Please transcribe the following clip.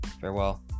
farewell